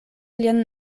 lian